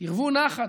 שתרוו נחת,